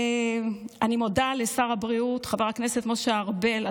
אני מודה לשר הבריאות חבר הכנסת משה ארבל על